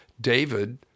David